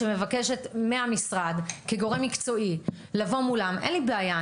שמבקשת מהמשרד כגורם מקצועי לבוא מולם אין לי בעיה,